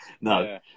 No